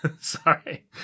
sorry